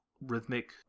rhythmic